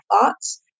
thoughts